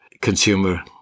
consumer